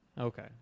Okay